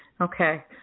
Okay